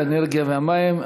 האנרגיה והמים,